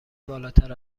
بالاتر